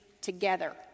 together